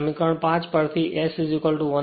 તેથી સમીકરણ 5 થી S 1 nn s છે